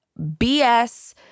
BS